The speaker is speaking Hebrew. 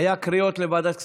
קריאות גם לוועדת הכספים.